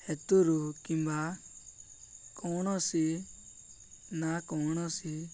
ହେତୁରୁ କିମ୍ବା କୌଣସି ନା କୌଣସି